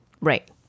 Right